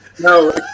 No